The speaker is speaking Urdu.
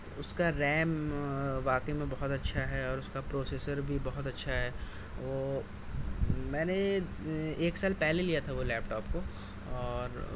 اس کا ریم واقعی میں بہت اچھا ہے اور اس کا پروسیسر بھی بہت اچھا ہے وہ میں نے ایک سال پہلے لیا تھا وہ لیپ ٹاپ کو اور